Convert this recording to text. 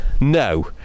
no